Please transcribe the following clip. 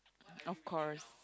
of course